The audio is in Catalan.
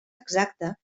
exacta